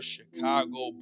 Chicago